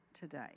today